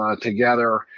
together